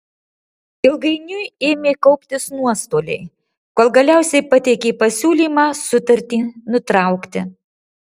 ilgainiui ėmė kauptis nuostoliai kol galiausiai pateikė pasiūlymą sutartį nutraukti